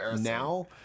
now